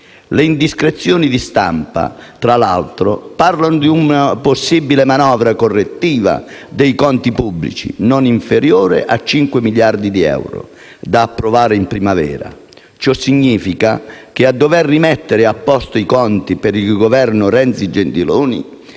Le indiscrezioni di stampa, tra l'altro, parlano di una possibile manovra correttiva dei conti pubblici, non inferiore a 5 miliardi di euro, da approvare in primavera. Ciò significa che dover rimettere a posto i conti che il Governo Renzi-Gentiloni